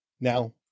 Now